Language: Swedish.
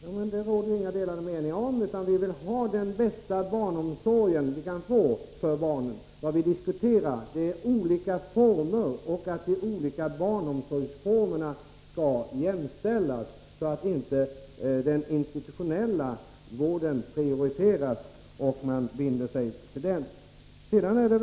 Men på den punkten råder inga delade meningar. Vi vill ha den bästa barnomsorg som vi kan få för barnen. Vad vi diskuterar är olika former och att de olika barnomsorgsformerna skall jämställas, så att inte den institutionella vården prioriteras och så att man inte binder sig för den.